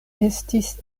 estis